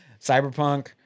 Cyberpunk